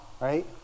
right